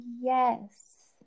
yes